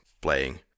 playing